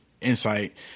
insight